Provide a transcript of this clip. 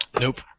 Nope